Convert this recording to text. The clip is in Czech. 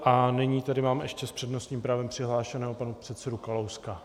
A nyní tedy mám ještě s přednostním právem přihlášeného, pana předsedu Kalouska.